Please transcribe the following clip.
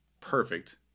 perfect